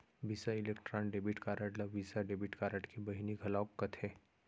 बिसा Electron debit card ल Visa debit card के बहिनी घलौक कथें